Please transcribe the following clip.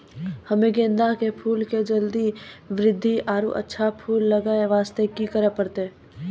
हम्मे गेंदा के फूल के जल्दी बृद्धि आरु अच्छा फूल लगय वास्ते की करे परतै?